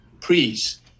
please